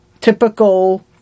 typical